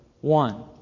One